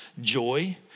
joy